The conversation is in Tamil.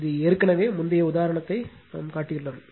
இது ஏற்கனவே முந்தைய உதாரணத்தைக் காட்டியுள்ளோம்